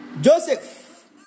Joseph